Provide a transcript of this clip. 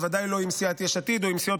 בוודאי לא עם סיעת יש עתיד או עם סיעות